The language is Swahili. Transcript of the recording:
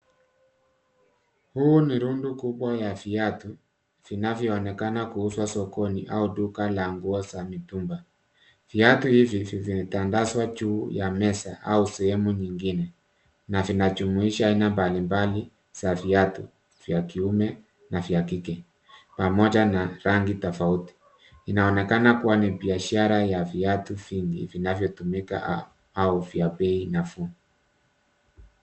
Huu ni rundo kubwa ya viatu vinavyoonekana kuuzwa sokoni au duka la nguo za mitumba. Viatu hivi vimetandazwa juu ya meza au sehemu nyingine na vinajumuisha aina mbalimbali za viatu vya kiume na vya kike pamoja na rangi tofauti. Inaonekana kuwa ni biashara ya viatu vingi vinavyotumika au vya bei nafuu.